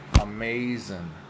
amazing